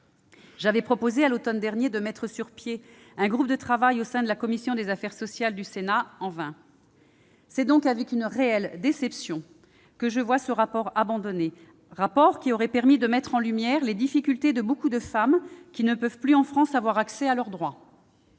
J'avais proposé à l'automne dernier de mettre sur pied un groupe de travail au sein de la commission des affaires sociales du Sénat ; en vain. C'est donc avec une réelle déception que je vois ce rapport abandonné, car il aurait permis de mettre en lumière les difficultés de beaucoup de femmes qui ne peuvent plus, en France, avoir accès à leur droit.